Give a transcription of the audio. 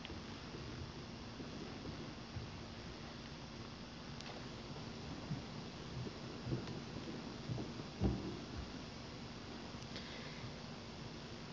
arvoisa puhemies